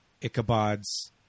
Ichabod's